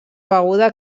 beguda